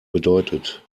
bedeutet